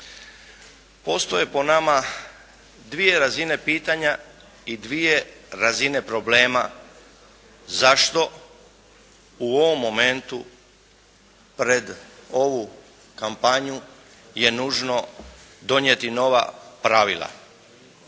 Postoje po nama dvije razine pitanja i dvije razine problema zašto u ovom momentu pred ovu kampanju je nužno donijeti nova pravila.